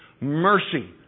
Mercy